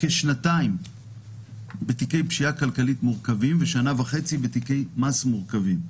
כשנתיים בתיקי פשיעה כלכלית מורכבים ושנה וחצי בתיקי מס מורכבים.